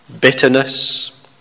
Bitterness